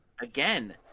Again